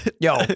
yo